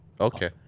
Okay